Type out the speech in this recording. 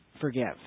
forgive